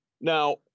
Now